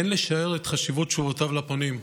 אין לשער את חשיבות תשובותיו לפונים.